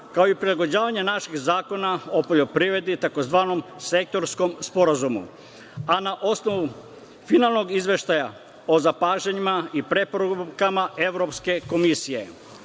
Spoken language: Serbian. kao i prilagođavanje naših zakona o poljoprivredi tzv. sektorskom sporazumu, a na osnovu finalnog izveštaja o zapažanjima i preporukama Evropske komisije. Ono